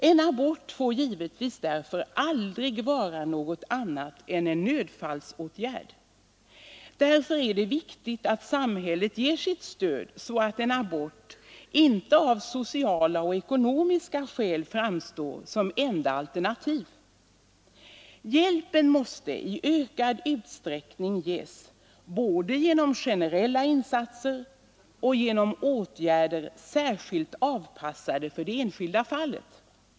En abort får givetvis aldrig vara något annat än en nödfallsåtgärd. Därför är det viktigt att samhället ger sitt stöd, så att en abort inte av sociala och ekonomiska skäl framstår som enda alternativ. Hjälpen måste i ökad utsträckning ges både genom generella insatser och genom åtgärder särskilt avpassade för det enskilda fallet.